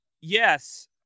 yes